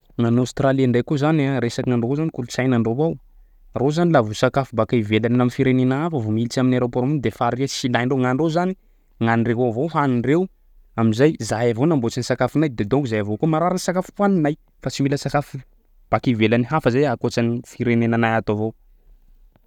Nany Aostralia ndraiky ko zany resakindreo ao zany kolotsaina ndreo ao ro zany lavo sakafo baka ivelany amin'ny firenena hafa vao militsy amin'ny aeroport iny de efa are-tsy ilaindreo nandro zany nandreo avao hoanindreo amizay zahay avao namboatsy ny sakafonay de zahay avao koa marariny sakafo hoaninay fa tsy mila sakafo baky ivelany hafa zay akoatrany firenena y ato avao